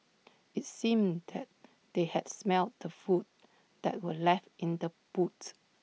IT seemed that they had smelt the food that were left in the boots